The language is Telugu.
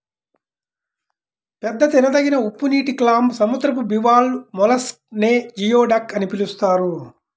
పెద్ద తినదగిన ఉప్పునీటి క్లామ్, సముద్రపు బివాల్వ్ మొలస్క్ నే జియోడక్ అని పిలుస్తారు